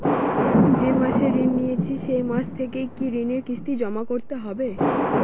যে মাসে ঋণ নিয়েছি সেই মাস থেকেই কি ঋণের কিস্তি জমা করতে হবে?